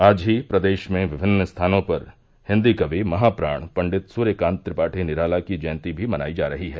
आज ही प्रदेश में विभिन्न स्थानों पर हिन्दी कवि महाप्राण पण्डित सुर्यकांत त्रिपाठी निराला की जयंती भी मनायी जा रही है